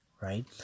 right